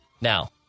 Now